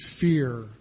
fear